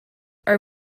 are